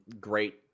great